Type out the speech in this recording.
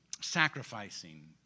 sacrificing